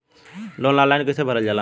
Loan online कइसे भरल जाला?